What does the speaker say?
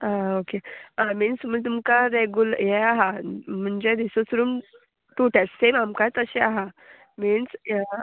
आं ओके आं मिन्स म्हण तुमकां रेगुल हें आहा म्हणजे this room to taste same आमकां तशें आहा मिन्स या